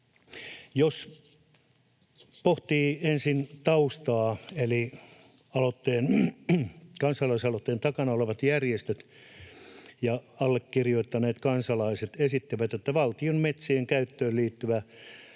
Jos pohditaan ensin taustaa. Kansalaisaloitteen takana olevat järjestöt ja allekirjoittaneet kansalaiset esittävät, että valtion metsien käyttöön liittyvä